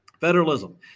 Federalism